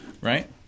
right